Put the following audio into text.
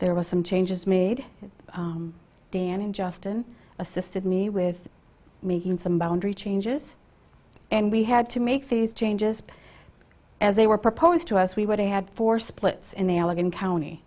there was some changes made dan and justin assisted me with making some boundary changes and we had to make these changes as they were proposed to us we were they had four splits in allegheny county